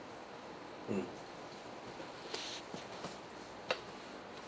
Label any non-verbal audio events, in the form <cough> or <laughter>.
mm <breath>